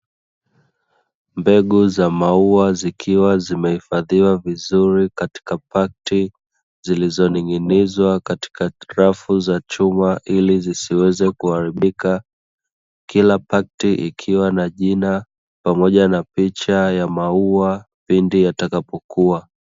Mbegu za maua zikiwa zimehifadhiwa vizuri katika pakti zilizoning'inizwa katika rafu za chuma, ili zisiweze kuharibika. Kila pakti ikiwa na jina pamoja na picha ya maua pindi yatakapo kua.